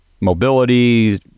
mobility